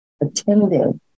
attending